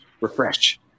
Refresh